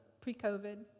pre-COVID